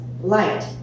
light